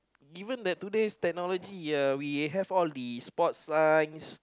given that today's technology uh we have all the sports line